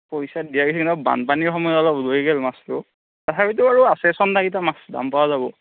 পইছা দিয়া গেইছি নহয় বানপানীৰ সময়ত অলপ ওলে গেল মাছটো তথাপিতো বাৰু আছে চন্দা কিটা মাছ দাম পাৱা যাব